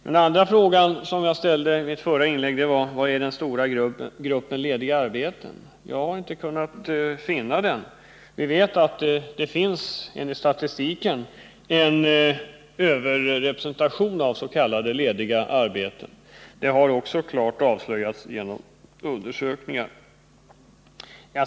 Den andra frågan som jag ställde i mitt förra inlägg var denna: Var är den stora gruppen lediga arbeten? Jag har inte kunnat finna den. Vi vet att det finns enligt statistiken en överrepresentation av s.k. lediga arbeten. Det har också klart avslöjats genom undersökningar.